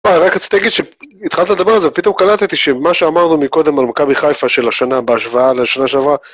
רק רציתי להגיד שהתחלת לדבר על זה, פתאום קלטתי שמה שאמרנו מקודם על מכבי חיפה של השנה בהשוואה לשנה שעברה